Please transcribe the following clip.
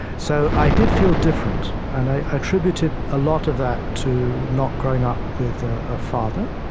so i did feel different. and i attributed a lot of that to not growing up with ah a father,